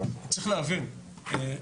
צריך להבין,